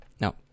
No